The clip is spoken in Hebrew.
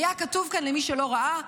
למי שלא ראה,